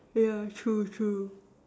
yeah true true